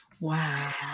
Wow